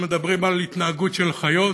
אנחנו מדברים על התנהגות של חיות,